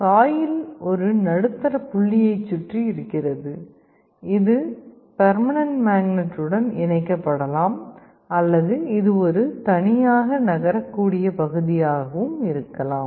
coil ஒரு நடுத்தர புள்ளியைச் சுற்றி இருக்கிறது இது பர்மனென்ட் மேக்னட் உடன் இணைக்கப்படலாம் அல்லது இது ஒரு தனியாக நகரக்கூடிய பகுதியாகவும் இருக்கலாம்